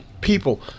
people